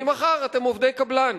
ממחר אתם עובדי קבלן.